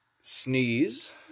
sneeze